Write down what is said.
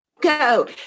go